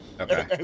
Okay